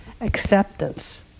acceptance